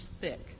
thick